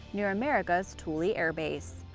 near america's thule air base.